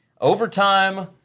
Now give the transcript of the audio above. overtime